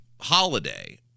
holiday